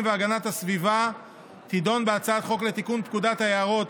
והגנת הסביבה תדון בהצעת החוק לתיקון פקודת היערות